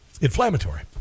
inflammatory